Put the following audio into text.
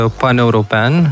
paneuropean